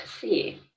see